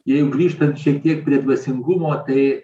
jeigu grįžtant šiek tiek prie dvasingumo tai